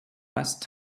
best